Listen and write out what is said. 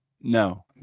No